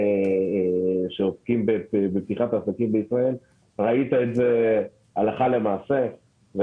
שעוסקים בפתיחת עסקים בישראל וראית את זה הלכה למעשה .